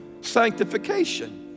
sanctification